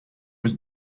was